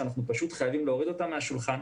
אנחנו חייבין להוריד אותם מהשולחן.